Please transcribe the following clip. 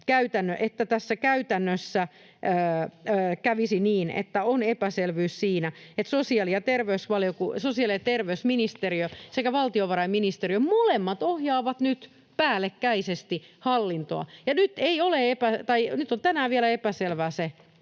että tässä käytännössä kävisi niin, että on epäselvyys siinä, että sosiaali‑ ja terveysministeriö sekä valtiovarainministeriö, molemmat, ohjaavat päällekkäisesti hallintoa. Nyt on tänään vielä epäselvää,